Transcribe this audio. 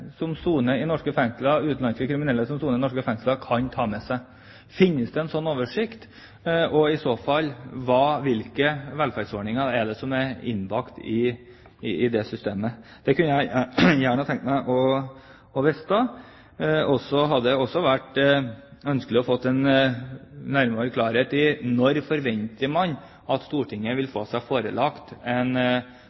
en sånn oversikt, og i så fall: Hvilke velferdsordninger er det som er innbakt i det systemet? Det kunne jeg tenke meg å få vite. Det hadde også vært ønskelig å få nærmere klarhet i når man kan forvente at Stortinget vil